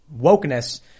wokeness